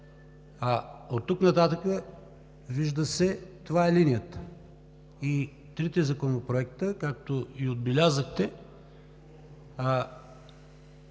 Оттук нататък, вижда се, това е линията. И трите законопроекта, както отбелязахте,